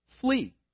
flee